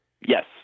Yes